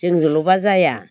जोंजोंल'बा जाया